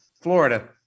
Florida